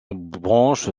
branche